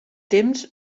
temps